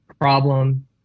problem